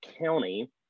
County